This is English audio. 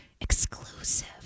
exclusive